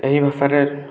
ଏହି ଭାଷା ରେ